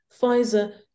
Pfizer